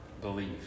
believe